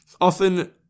often